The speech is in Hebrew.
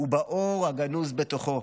ובאור הגנוז בתוכו,